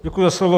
Děkuji za slovo.